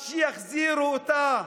אז שיחזירו אותה.